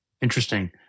Interesting